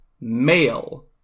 male